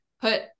put